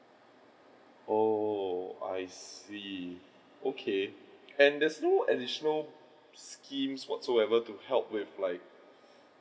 oh I see okay and there's no additional schemes whatsoever to help with like